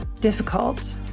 difficult